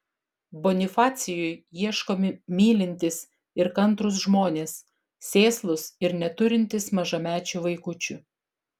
bonifacijui ieškomi mylintys ir kantrūs žmonės sėslūs ir neturintys mažamečių vaikučių